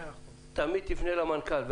תמיד תפנה למנכ"ל.